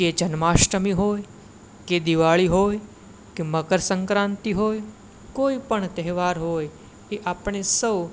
કે જન્માષ્ટમી હોય કે દિવાળી હોય કે મકરસંક્રાતિ હોય કોઈ પણ તહેવાર હોય એ આપણે સૌ